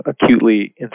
acutely